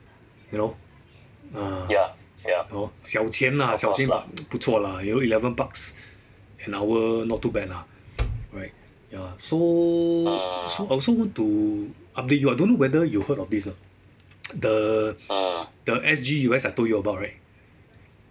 you know ah hor 小钱啦小钱不错啦有 eleven bucks an hour not too bad lah right ya so so so I also want to update you I don't know whether you heard of this not the S_G_U_S I told you about right